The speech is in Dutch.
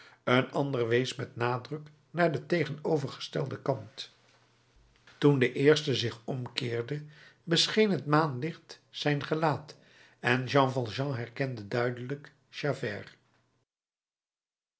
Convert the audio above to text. een ander wees met nadruk naar den tegenovergestelden kant toen de eerste zich omkeerde bescheen het maanlicht zijn gelaat en jean valjean herkende duidelijk javert